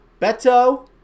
Beto